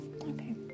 Okay